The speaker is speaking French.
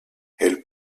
elle